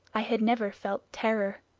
i had never felt terror